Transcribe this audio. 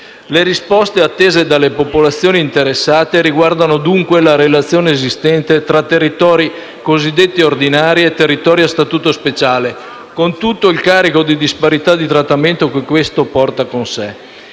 Le risposte attese dalle popolazioni interessate riguardano dunque la relazione esistente tra territori cosiddetti ordinari e territori a Statuto speciale, con tutto il carico di disparità di trattamento che questo porta con sé.